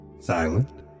Silent